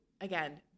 again